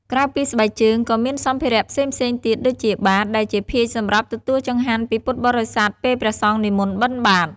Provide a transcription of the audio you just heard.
ក្រៅពីស្បែកជើង ក៏មានសម្ភារៈផ្សេងៗទៀតដូចជា បាត ដែលជាភាជន៍សម្រាប់ទទួលចង្ហាន់ពីពុទ្ធបរិស័ទពេលព្រះសង្ឃនិមន្តបិណ្ឌបាត។